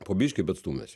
po biškį bet stūmėsi